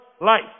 life